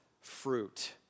fruit